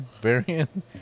variant